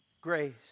grace